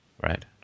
Right